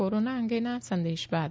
corona અંગેના આ સંદેશ બાદ